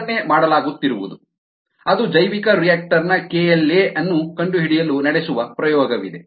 ಅದನ್ನೇ ಮಾಡಲಾಗುತ್ತಿರುವುದು ಅದು ಜೈವಿಕರಿಯಾಕ್ಟರ್ ನ kLa ಅನ್ನು ಕಂಡುಹಿಡಿಯಲು ನಡೆಸುವ ಪ್ರಯೋಗವಾಗಿದೆ